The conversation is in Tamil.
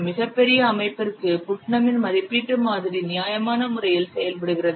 மிகப் பெரிய அமைப்பிற்கு புட்னமின் மதிப்பீட்டு மாதிரி நியாயமான முறையில் செயல்படுகிறது